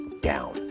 down